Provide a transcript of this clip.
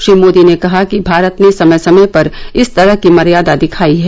श्री मोदी ने कहा कि भारत ने समय समय पर इस तरह की मर्यादा दिखाई है